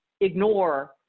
ignore